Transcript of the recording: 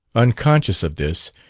unconscious of this,